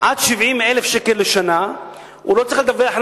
הן עד 70,000 שקל לשנה לא צריך לדווח על